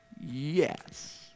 Yes